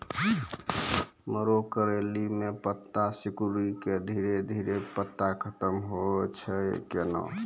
मरो करैली म पत्ता सिकुड़ी के धीरे धीरे पत्ता खत्म होय छै कैनै?